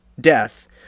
death